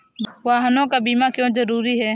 वाहनों का बीमा क्यो जरूरी है?